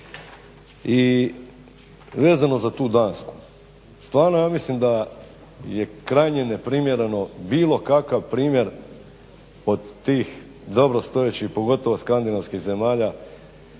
I vezano za tu Dansku, stvarno ja mislim da je krajnje neprimjereno bilo kakav primjer od tih dobrostojećih pogotovo Skandinavskih zemalja